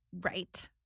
right